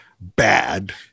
bad